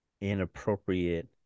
inappropriate